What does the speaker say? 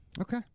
Okay